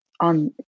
on